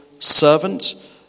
Servant